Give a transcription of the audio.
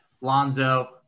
Lonzo